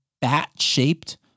bat-shaped